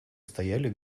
стояли